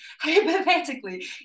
Hypothetically